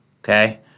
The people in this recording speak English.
okay